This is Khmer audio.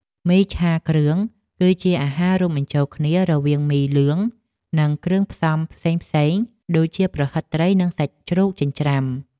មីឆាគ្រឿងគឺជាការរួមបញ្ចូលគ្នារវាងមីលឿងនិងគ្រឿងផ្សំផ្សេងៗដូចជាប្រហិតត្រីនិងសាច់ជ្រូកចិញ្ច្រាំ។